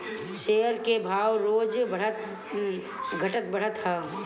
share के भाव रोज घटत बढ़त हअ